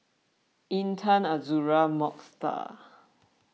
Intan Azura Mokhtar